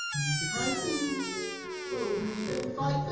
make it right for you we'll i mean and fight